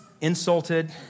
insulted